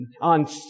on